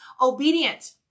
obedient